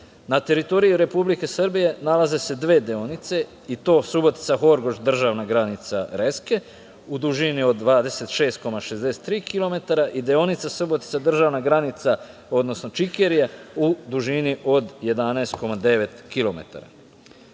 teritoriji Republike Srbije nalaze se dve deonice i to Subotica – Horgoš – državna granica (Reske) u dužini od 26,63 kilometara i deonica Subotica – državna granica (Čikerija) u dužini od 11,9